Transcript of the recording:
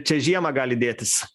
čia žiemą gali dėtis